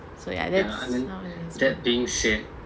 so ya that's